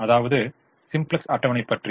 அதாவது சிம்ப்ளக்ஸ் அட்டவணை பற்றி